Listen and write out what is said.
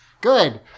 good